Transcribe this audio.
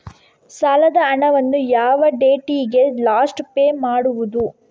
ಸಾಲದ ಹಣವನ್ನು ಯಾವ ಡೇಟಿಗೆ ಲಾಸ್ಟ್ ಪೇ ಮಾಡುವುದು?